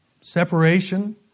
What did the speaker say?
Separation